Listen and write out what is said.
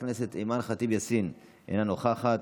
חברת הכנסת אימאן ח'טיב יאסין אינה נוכחת,